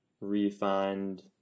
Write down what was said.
refined